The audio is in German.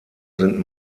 sind